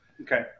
Okay